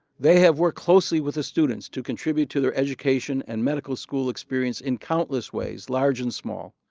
they have worked closely with the students to contribute to their education and medical school experience in countless ways large and small.